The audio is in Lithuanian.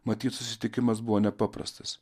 matyt susitikimas buvo nepaprastas